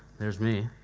there's me.